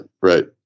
right